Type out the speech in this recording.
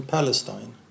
Palestine